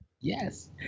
Yes